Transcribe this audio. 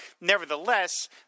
Nevertheless